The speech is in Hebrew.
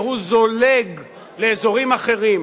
שהוא זולג לאזורים אחרים,